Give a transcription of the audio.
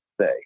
say